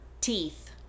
Teeth